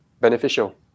beneficial